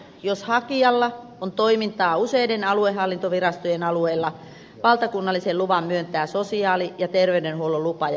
jos hakijalla on toimintaa useiden aluehallintovirastojen alueella valtakunnallisen luvan myöntää sosiaali ja terveysalan lupa ja valvontavirasto